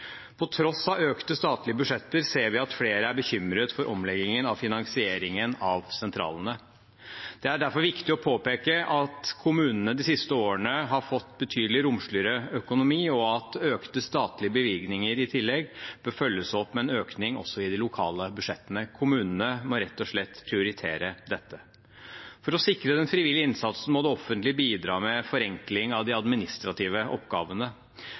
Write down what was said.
På tross av økte statlige budsjetter ser vi at flere er bekymret for omleggingen av finansieringen av sentralene. Det er derfor viktig å påpeke at kommunene de siste årene har fått betydelig romsligere økonomi, og at økte statlige bevilgninger i tillegg bør følges opp med en økning også i de lokale budsjettene. Kommunene må rett og slett prioritere dette. For å sikre den frivillige innsatsen må det offentlige bidra med forenkling av de administrative oppgavene.